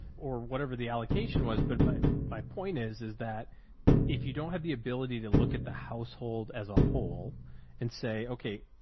or whatever the allocation was. but my, my point is is that if you don't have the ability to look at the household household as a whole and say, okay,